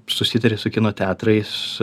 susitari su kino teatrais